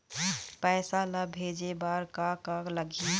पैसा ला भेजे बार का का लगही?